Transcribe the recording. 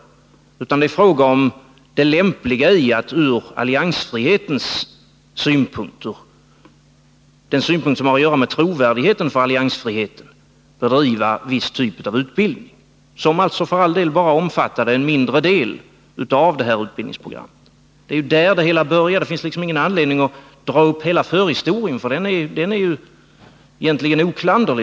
Det är i stället en fråga om det lämpliga i att ur den synpunkt som har att göra med trovärdigheten för alliansfriheten bedriva en viss typ av utbildning, som för all del bara omfattar en mindre del av utbildningsprogrammet. Det var där det hela började. Det finns ingen anledning att dra hela förhistorien, för den är ju egentligen oklanderlig.